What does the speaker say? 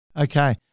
Okay